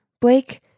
Blake